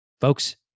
Folks